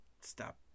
stop